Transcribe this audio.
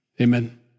Amen